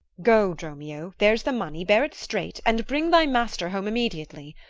go, dromio, there's the money bear it straight, and bring thy master home immediately.